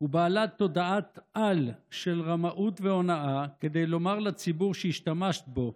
ובעלת תודעת-על של רמאות והונאה כדי לומר לציבור שהשתמשת בו,